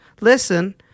listen